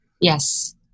Yes